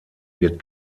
wird